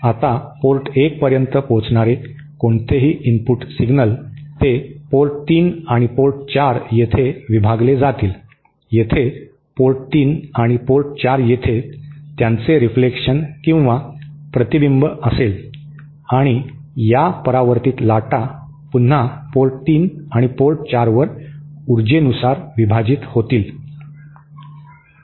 आता पोर्ट 1 पर्यंत पोहोचणारे कोणतेही इनपुट सिग्नल ते पोर्ट 3 आणि पोर्ट 4 येथे विभागले जातील येथे पोर्ट 3 आणि पोर्ट 4 येथे त्यांचे रेफलेकशन किंवा प्रतिबिंब असेल आणि या परावर्तित लाटा पुन्हा पोर्ट 3 आणि पोर्ट 4 वर ऊर्जेनुसार विभाजित होतील